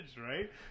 right